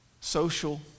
social